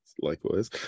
likewise